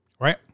Right